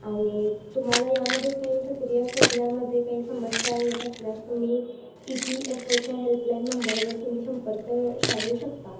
आणि तुम्हाला यामध्ये काही सक्रिय करण्यामध्ये काही समस्या येत असल्यास तुम्ही ई पी एफ ओच्या हेल्पलाईन नंबरवर तुम्ही संपर्क शाधू शकता